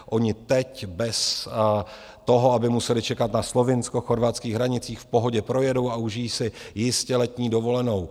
Oni teď bez toho, aby museli čekat na slovinskochorvatských hranicích, v pohodě projedou a užijí si jistě letní dovolenou.